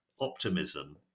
optimism